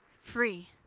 free